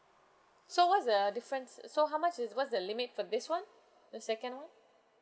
so what's the difference uh so how much is what's the limit for this [one] the second [one]